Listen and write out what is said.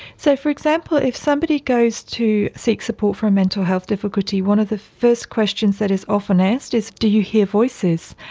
so, for example, if somebody goes to seek support for a mental health difficulty, one of the first questions that is often asked is, do you hear voices?